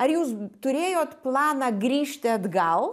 ar jūs turėjot planą grįžti atgal